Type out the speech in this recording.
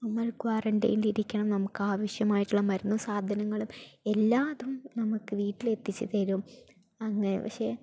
നമ്മൾ ക്വാറൻൻ്റൈനിലിരിക്കണം നമുക്കാവിശ്യമായിട്ടുള്ള മരുന്നും സാധനങ്ങളും എല്ലാ അതും നമുക്ക് വീട്ടിലെത്തിച്ചു തരും അങ്ങനെ പക്ഷേ